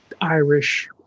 Irish